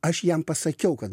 aš jam pasakiau kad